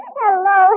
hello